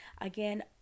Again